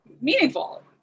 meaningful